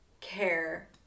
care